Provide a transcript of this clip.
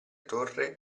torre